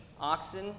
oxen